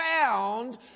found